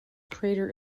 crater